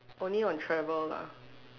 only on travel lah